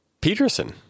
Peterson